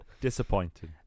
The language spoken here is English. disappointing